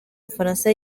bufaransa